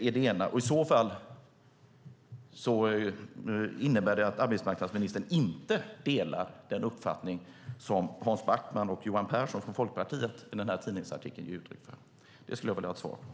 I så fall innebär det att arbetsmarknadsministern inte delar den uppfattning som Hans Backman och Johan Pehrson från Folkpartiet ger uttryck för i en tidningsartikel. Det skulle jag vilja ha ett svar på.